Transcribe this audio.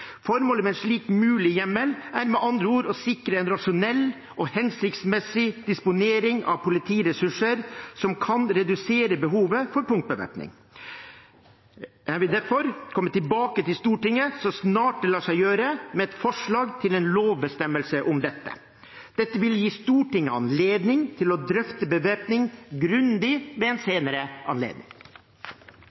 Formålet med en slik mulig hjemmel er med andre ord å sikre en rasjonell og hensiktsmessig disponering av politiressurser som kan redusere behovet for punktbevæpning. Jeg vil derfor komme tilbake til Stortinget så snart det lar seg gjøre, med et forslag til en lovbestemmelse om dette. Dette vil gi Stortinget anledning til å drøfte bevæpning grundig ved en senere anledning.